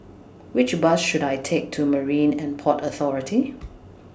Which Bus should I Take to Marine and Port Authority